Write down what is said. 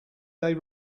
they